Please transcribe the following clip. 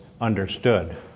understood